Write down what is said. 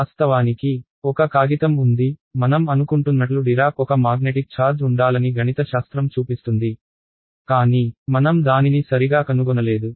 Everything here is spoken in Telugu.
వాస్తవానికి ఒక కాగితం ఉంది మనం అనుకుంటున్నట్లు డిరాక్ ఒక మాగ్నెటిక్ ఛార్జ్ ఉండాలని గణితశాస్త్రం చూపిస్తుంది కానీ మనం దానిని సరిగా కనుగొనలేదు